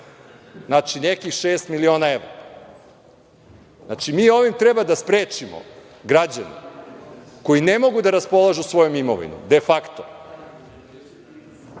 Znači, nekih šest miliona evra. Znači, mi ovim treba da sprečimo građane koji ne mogu da raspolažu svojom imovinom, de fakto,